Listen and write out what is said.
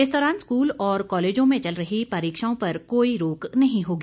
इस दौरान स्कूल और कॉलेजों में चल रही परीक्षाओं पर कोई रोक नहीं होगी